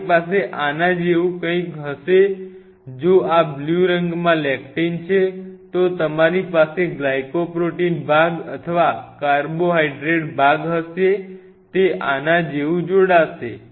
તમારી પાસે આના જેવું કંઈક હશે જો આ બ્લુ રંગમાં લેક્ટીન છે તો તમારી પાસે ગ્લાયકોપ્રોટીન ભાગ અથવા કાર્બોહાઇડ્રેટ ભાગ હશે તે આના જેવું જોડાશે